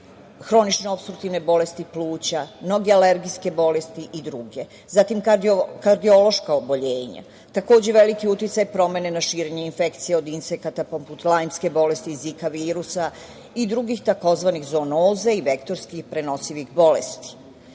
hronične opstruktivne bolesti pluća, mnoge alergijske bolesti i druge. Zatim, kardiološka oboljenja. Takođe, veliki uticaj promene na širenje infekcije od insekata poput lajmske bolesti, zika virusa i drugih tzv. "zonoza" i vektorski prenosivih bolesti.